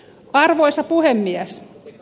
arvoisa puhemies